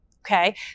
Okay